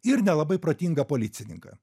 ir nelabai protingą policininką